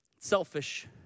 Selfish